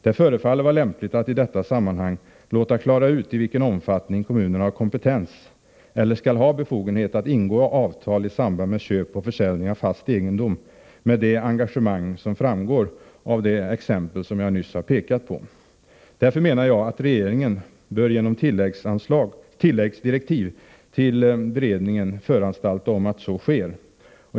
Det förefaller vara lämpligt att i detta sammanhang låta klara ut i vilken omfattning kommunerna har kompetens, eller skall ha befogenheter, att ingå avtal i samband med köp och försäljning av fast egendom med det engagemang som framgår av det exempel som jag nyss har redovisat. Regeringen bör därför genom tilläggsdirektiv till beredningen föranstalta om att så sker.